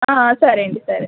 సరే అండి సరే